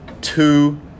Two